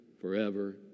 forever